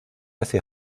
hacia